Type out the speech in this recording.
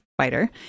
spider